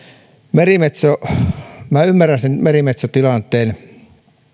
merimetso minä ymmärrän sen merimetsotilanteen